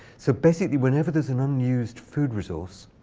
so basically, whenever there's an unused food resource,